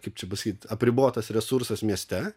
kaip čia pasakyt apribotas resursas mieste